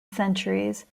centuries